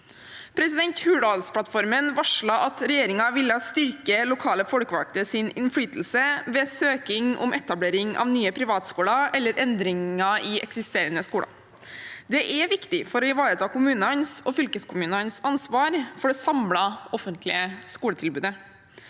hensynene. Hurdalsplattformen varslet at regjeringen ville styrke lokale folkevalgtes innflytelse ved søking om etablering av nye privatskoler eller endringer i eksisterende skoler. Det er viktig for å ivareta kommunenes og fylkeskommunenes ansvar for det samlede offentlige skoletilbudet.